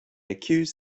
accuse